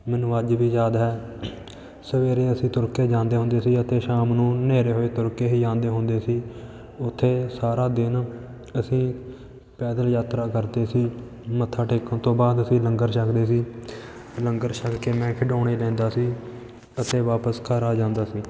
ਮੈਨੂੰ ਅੱਜ ਵੀ ਯਾਦ ਹੈ ਸਵੇਰੇ ਅਸੀਂ ਤੁਰ ਕੇ ਜਾਂਦੇ ਹੁੰਦੇ ਸੀ ਅਤੇ ਸ਼ਾਮ ਨੂੰ ਹਨੇਰੇ ਹੋਏ ਤੁਰ ਕੇ ਜਾਂਦੇ ਹੁੰਦੇ ਸੀ ਉੱਥੇ ਸਾਰਾ ਦਿਨ ਅਸੀਂ ਪੈਦਲ ਯਾਤਰਾ ਕਰਦੇ ਸੀ ਮੱਥਾ ਟੇਕਣ ਤੋਂ ਬਾਅਦ ਅਸੀਂ ਲੰਗਰ ਛਕਦੇ ਸੀ ਲੰਗਰ ਛੱਕ ਕੇ ਮੈਂ ਖਿਡੌਣੇ ਲੈਂਦਾ ਸੀ ਅਤੇ ਵਾਪਸ ਘਰ ਆ ਜਾਂਦਾ ਸੀ